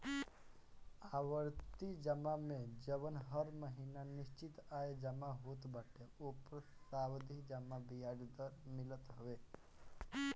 आवर्ती जमा में जवन हर महिना निश्चित आय जमा होत बाटे ओपर सावधि जमा बियाज दर मिलत हवे